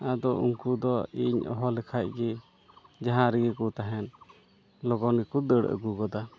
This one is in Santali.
ᱟᱫᱚ ᱩᱱᱠᱩᱫᱚ ᱤᱧ ᱦᱚᱦᱚ ᱞᱮᱠᱷᱟᱱᱜᱮ ᱡᱟᱦᱟᱸ ᱨᱮᱜᱮ ᱠᱚ ᱛᱟᱦᱮᱱ ᱞᱚᱜᱚᱱ ᱜᱮᱠᱚ ᱫᱟᱹᱲ ᱟᱹᱜᱩ ᱜᱚᱫᱟ